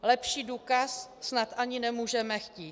Lepší důkaz snad ani nemůžeme chtít.